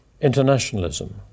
internationalism